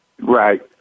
Right